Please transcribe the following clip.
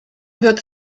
wird